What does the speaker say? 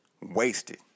wasted